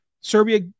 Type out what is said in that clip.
Serbia